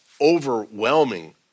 overwhelming